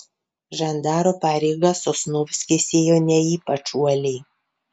žandaro pareigas sosnovskis ėjo ne ypač uoliai